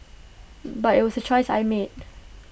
but IT was A choice I made